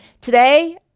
Today